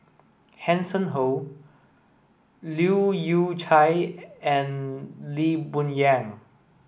Hanson Ho Leu Yew Chye and Lee Boon Yang